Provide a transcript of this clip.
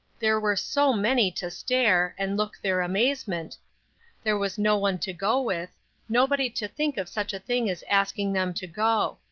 there were so many to stare, and look their amazement there was no one to go with nobody to think of such a thing as asking them to go.